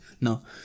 no